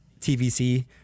TVC